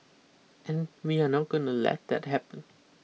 and we are not going to let that happen